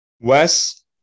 Wes